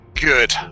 good